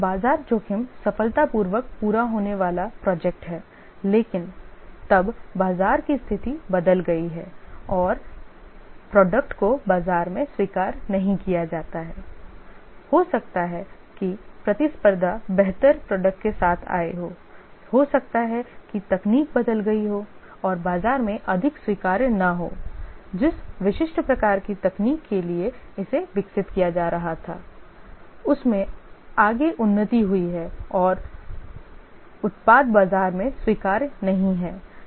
बाजार जोखिम सफलतापूर्वक पूरा होने वाला प्रोजेक्ट है लेकिन तब बाजार की स्थिति बदल गई है और उत्पाद को बाजार में स्वीकार नहीं किया जाता है हो सकता है कि प्रतिस्पर्धी बेहतर उत्पाद के साथ आए हों हो सकता है कि तकनीक बदल गई हो और यह बाजार में अधिक स्वीकार्य न हो जिस विशिष्ट प्रकार की तकनीक के लिए इसे विकसित किया जा रहा था उसमें आगे उन्नति हुई है और और उत्पाद बाजार में स्वीकार्य नहीं है